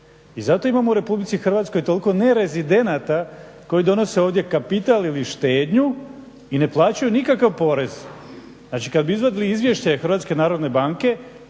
I zato imamo u Republici Hrvatskoj toliko nerezidenata koji donose ovdje kapital ili štednju i ne plaćaju nikakav porez. Znači, kad bi izvadili izvješće